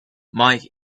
mike